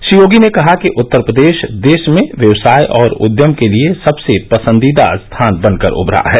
श्री योगी ने कहा कि उत्तर प्रदेश देश में व्यवसाय और उद्यम के लिए सबसे पसंदीदा स्थान बनकर उभरा है